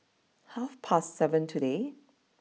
half past seven today